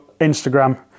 Instagram